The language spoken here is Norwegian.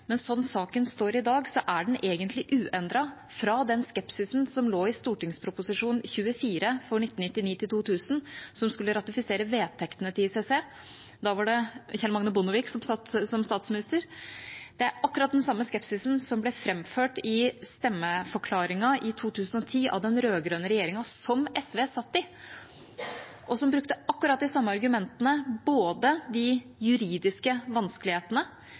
Men sånn saken står i dag, er den egentlig uendret fra den skepsisen som lå i St.prp. nr. 24 for 1999–2000, som skulle ratifisere vedtektene til ICC. Da var det Kjell Magne Bondevik som satt som statsminister. Det er akkurat den samme skepsisen som ble framført i stemmeforklaringen i 2010 av den rød-grønne regjeringa, som SV satt i, og som brukte akkurat de samme argumentene, både de juridiske vanskelighetene